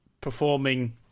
performing